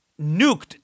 nuked